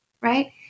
Right